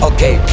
Okay